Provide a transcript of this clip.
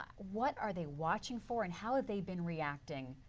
what are they watching for? and how have they been reacting?